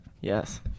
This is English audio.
Yes